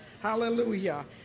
Hallelujah